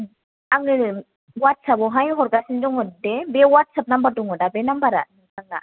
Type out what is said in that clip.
आङो वाट्सएपआवहाय हरगासिन दङ दे बे वाट्सएप नाम्बार दङ दा बे नाम्बरा नोंना